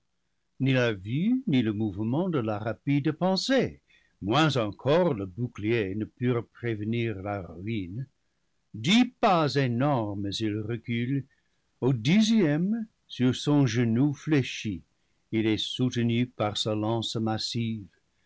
la vue ni le mouvement de la rapide pensée moins encore le bouclier ne purent prévenir la ruine dix pas énormes il recule au dixième sur son genou fléchi il est soutenu par sa lance massive